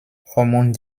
hormone